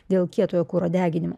dėl kietojo kuro deginimo